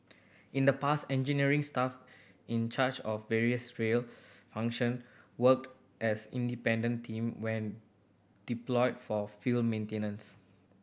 in the past engineering staff in charge of various rail function worked as independent team when deployed for field maintenance